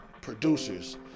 producers